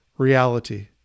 reality